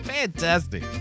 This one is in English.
Fantastic